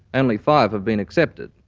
only five have been accepted.